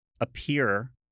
appear